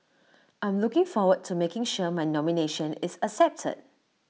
I'm looking forward to making sure my nomination is accepted